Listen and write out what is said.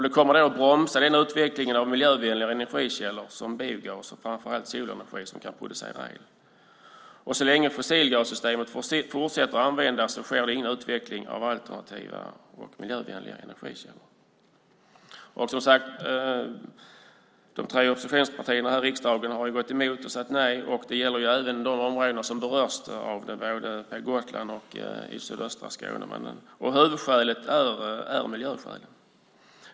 Det kommer att bromsa utvecklingen av miljövänligare energikällor som biogas och framför allt solenergi, som kan producera el. Så länge fossilgassystemet fortsätter att användas sker ingen utveckling av alternativa och miljövänligare energikällor. De tre oppositionspartierna här i riksdagen har gått emot och sagt nej. Det gäller även de områden som berörs: Gotland och sydöstra Skåne. Huvudskälet är miljöskälet.